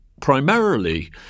Primarily